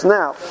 now